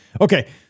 Okay